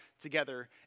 together